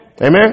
Amen